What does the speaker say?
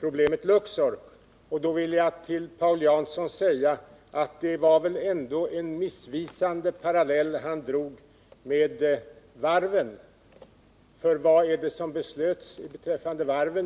problemet Luxor. Då vill jag till Paul Jansson säga att det väl ändå var en missvisande parallell han drog med varven. Vad är det som beslöts beträffande varven?